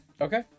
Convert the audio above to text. Okay